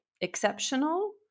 exceptional